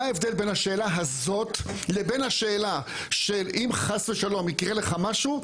מה ההבדל בין השאלה הזאת לבין השאלה של אם חס ושלום יקרה לך משהו,